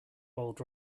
bold